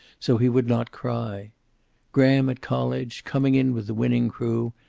so he would not cry graham at college, coming in with the winning crew,